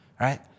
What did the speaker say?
right